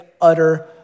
utter